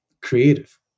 creative